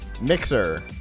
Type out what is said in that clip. Mixer